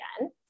again